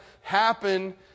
happen